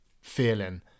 feeling